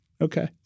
Okay